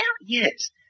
Yes